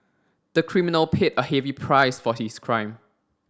the criminal paid a heavy price for his crime